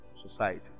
society